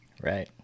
Right